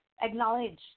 acknowledge